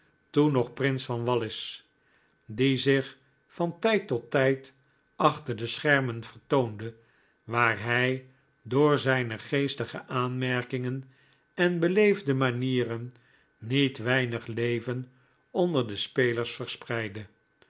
toen nog prins van wallis die zich van tijd tot tijd achter de schermen vertoonde waar hij door zijne geestige aanmei kingen en beleefde manieren niet weinig leven onder de spelers verspreidde